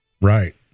Right